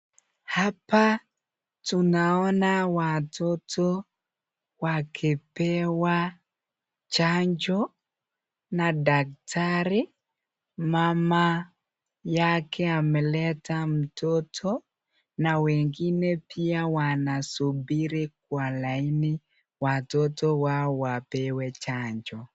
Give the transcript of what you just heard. Hapa tunaona watoto wakipewa chanjo na daktari mama yake ameleta mtoto na wengine pia wanasuburi kwa laini watoto wao wapewe chanjo.